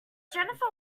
jennifer